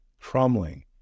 crumbling